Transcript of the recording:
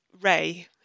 Ray